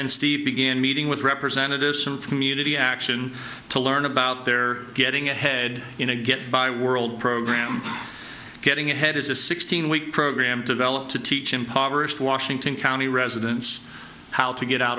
and steve began meeting with representatives from community action to learn about their getting ahead in a get by world program getting ahead is a sixteen week program developed to teach impoverished washington county residents how to get out